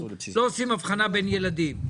לא עושים הבחנה בין ילדים,